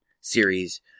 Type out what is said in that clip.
series